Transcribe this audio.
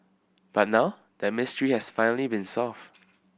but now that mystery has finally been solved